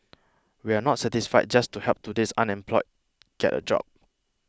we are not satisfied just to help today's unemployed get a job